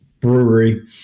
brewery